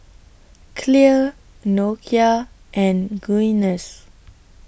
Clear Nokia and Guinness